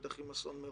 בטח עם אסון מירון,